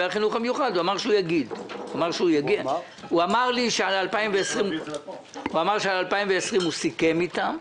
הוא אמר שעל 2020 הוא סיכם איתם.